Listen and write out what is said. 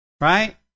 right